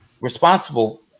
responsible